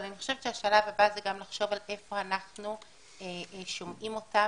אבל אני חושבת שהשלב הבא זה גם לחשוב על איפה אנחנו שומעים אותם,